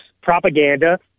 propaganda